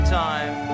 time